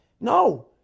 no